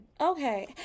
Okay